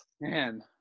Man